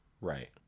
Right